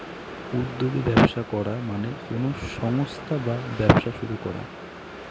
উদ্যোগী ব্যবস্থা করা মানে কোনো সংস্থা বা ব্যবসা শুরু করা